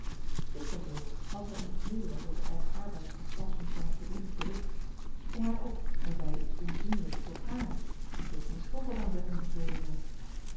dikwyls ook als hy ontevreden was over eigen arbeid of pas ontvangen verdrietig bericht sprong hy op en zeide iets onvriendelyks tot haar die toch geen schuld had aan zyn ontevredenheid